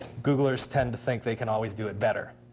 googlers tend to think they can always do it better.